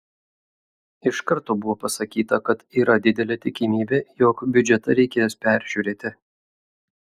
iš karto buvo pasakyta kad yra didelė tikimybė jog biudžetą reikės peržiūrėti